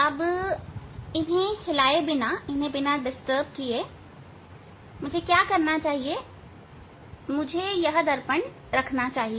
अब इन्हें हिलाए बिना मुझे क्या करना चाहिए मुझे यह दर्पण रखना चाहिए